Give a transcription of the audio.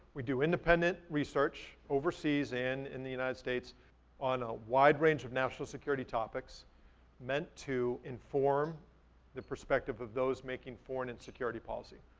we do independent research overseas and in the united states on a wide range of national security topics meant to inform the perspective of those making foreign and security policy.